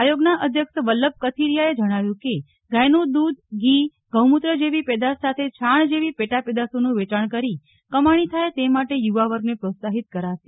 આયોગના અધ્યક્ષ વલ્લભ કથીરીયાએ જણાવ્યું કે ગાયનું દુધ ઘી ગૌમુત્ર જેવી પેદાશ સાથે છાણ જેવી પેટા પેદાશોનું વેચાણ કરી કમાણી થાય તે માટે યુવા વર્ગને પ્રોત્સાહીત કરાશે